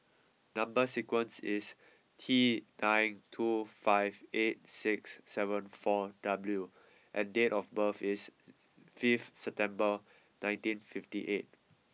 number sequence is T nine two five eight six seven four W and date of birth is fifth September nineteen fifty eight